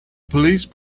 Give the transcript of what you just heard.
police